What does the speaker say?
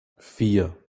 vier